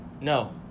No